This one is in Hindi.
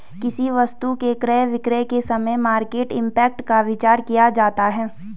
किसी वस्तु के क्रय विक्रय के समय मार्केट इंपैक्ट का विचार किया जाता है